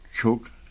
choke